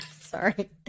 sorry